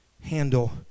handle